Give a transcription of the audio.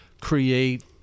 create